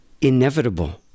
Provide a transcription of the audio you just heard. inevitable